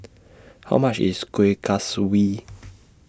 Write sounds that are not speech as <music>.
How much IS Kuih Kaswi <noise>